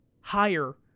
Higher